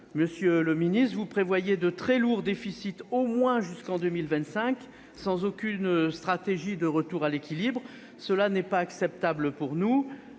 Monsieur le ministre, vous prévoyez de très lourds déficits au moins jusqu'en 2025, sans aucune stratégie de retour à l'équilibre. Cela n'est pas acceptable ! La